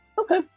Okay